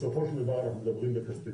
לפחות למען הציבור.